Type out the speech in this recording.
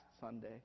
Sunday